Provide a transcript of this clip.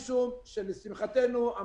משום שלשמחתנו,